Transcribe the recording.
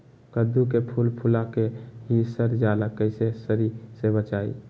कददु के फूल फुला के ही सर जाला कइसे सरी से बचाई?